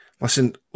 Listen